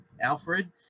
Alfred